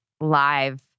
live